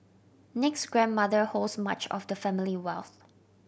Nick's grandmother holds much of the family wealth